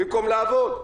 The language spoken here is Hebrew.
במקום לעבוד.